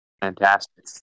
Fantastic